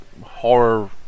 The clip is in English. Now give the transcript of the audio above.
horror